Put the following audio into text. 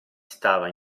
stava